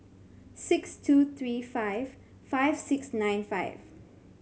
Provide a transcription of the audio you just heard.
six two three five five six nine five